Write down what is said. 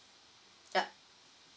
yup